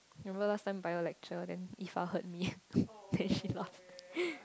remember last time bio lecture Ifah hurt me then she laugh